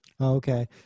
Okay